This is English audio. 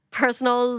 personal